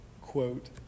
quote